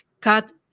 cut